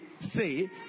say